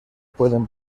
pueden